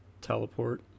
teleport